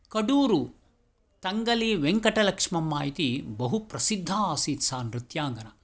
कडूरु तङ्गलिवेङ्कटलक्ष्मम्म इति बहु प्रसिद्धा असीत् सा नृत्याङ्गना